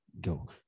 go